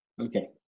Okay